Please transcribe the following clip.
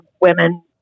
women